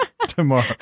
tomorrow